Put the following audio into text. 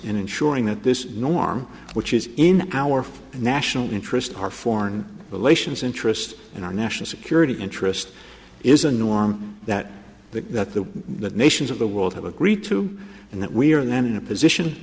in ensuring that this norm which is in our for the national interest our foreign relations interest and our national security interest is a norm that the that the nations of the world have agreed to and that we are then in a position